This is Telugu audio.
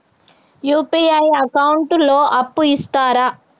యూ.పీ.ఐ అకౌంట్ లో అప్పు ఇస్తరా?